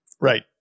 Right